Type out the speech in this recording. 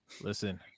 Listen